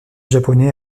japonais